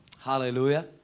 Hallelujah